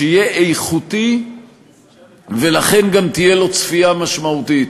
שיהיה איכותי ולכן גם תהיה לו צפייה משמעותית